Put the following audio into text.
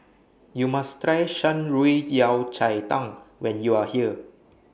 YOU must Try Shan Rui Yao Cai Tang when YOU Are here